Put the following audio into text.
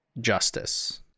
justice